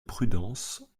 prudence